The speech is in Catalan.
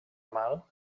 mal